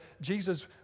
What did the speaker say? Jesus